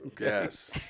Yes